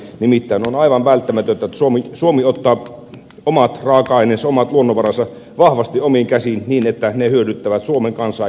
nimittäin on aivan välttämätöntä että suomi ottaa omat raaka aineensa omat luonnonvaransa vahvasti omiin käsiin niin että ne hyödyttävät suomen kansaa eivätkä ketään muuta